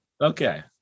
okay